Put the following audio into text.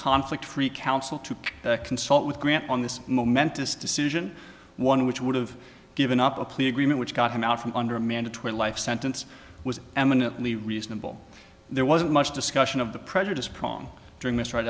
conflict free counsel to consult with grant on this momentous decision one of which would have given up a plea agreement which got him out from under a mandatory life sentence was eminently reasonable there wasn't much discussion of the prejudice prong during this